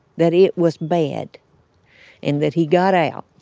that it was bad and that he got out.